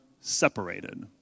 separated